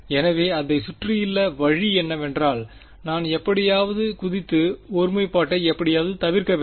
எனவே அதைச் சுற்றியுள்ள வழி என்னவென்றால் நான் எப்படியாவது குதித்து ஒருமைப்பாட்டை எப்படியாவது தவிர்க்க வேண்டும்